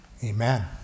Amen